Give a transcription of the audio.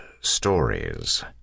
Stories